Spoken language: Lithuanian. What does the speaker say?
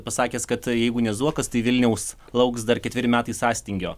pasakęs kad jeigu ne zuokas tai vilniaus lauks dar ketveri metai sąstingio